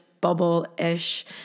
bubble-ish